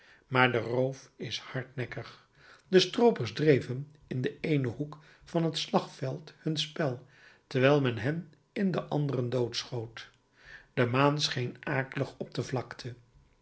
maar de roof is hardnekkig de stroopers dreven in den eenen hoek van het slagveld hun spel terwijl men hen in den anderen doodschoot de maan scheen akelig op de vlakte